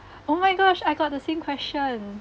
oh my gosh I got the same question